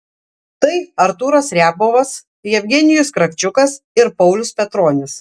tai artūras riabovas jevgenijus kravčiukas ir paulius petronis